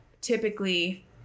typically